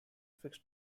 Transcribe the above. fixed